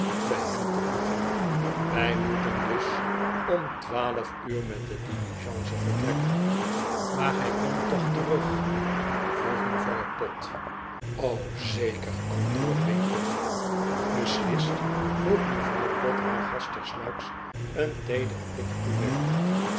bij hem te voegen wij moeten dus om twaalf uur met de diligence vertrekken maar jij komt toch terug vroeg mejim de pickwick club vrouw pott c zeker antwoordde winkle beslist vroeg mevrouw pott haar gast tersluiks een teederen blik toewerpend